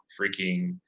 freaking